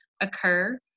occur